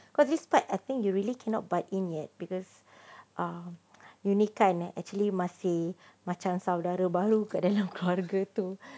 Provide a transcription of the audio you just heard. because this part I think you really cannot butt in yet because uh you ini kan actually masih macam saudara baru dalam keluarga tu